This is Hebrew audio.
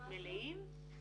מלאים?